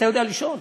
אתה יודע לשאול,